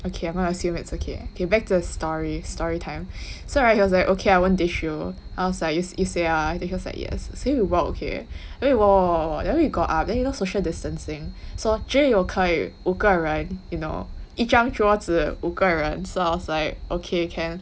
okay I am going to assume that's okay back to the story storytime so [right] he was like okay I won't ditch you I was like you say [one] then he was like yes so we walk okay then we walk walk walk walk walk then we got up then you know social distancing so 只有可以五个人 you know 一张桌子五个人 so I was like okay can